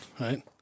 Right